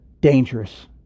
dangerous